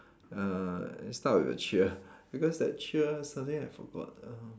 uh it start with a cheer because that cheer suddenly I forgot um